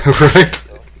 Right